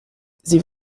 sie